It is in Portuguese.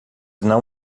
não